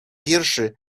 wierszy